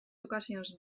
ocasions